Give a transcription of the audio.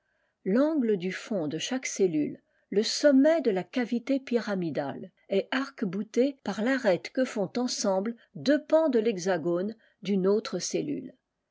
l'angle du fond de chaque cellule le sommet de la cavité pyramidale est arc boulé par l'arête que font ensemble deux pans de thexagone d'une autre